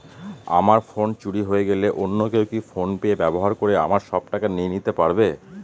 আমার ফোন চুরি হয়ে গেলে অন্য কেউ কি ফোন পে ব্যবহার করে আমার সব টাকা নিয়ে নিতে পারবে?